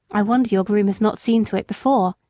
i wonder your groom has not seen to it before.